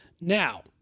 now